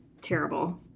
terrible